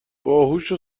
باهوشو